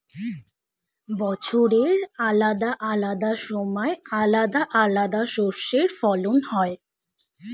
বছরের আলাদা আলাদা সময় আলাদা আলাদা শস্যের ফলন হয়